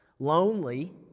Lonely